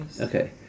Okay